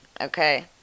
okay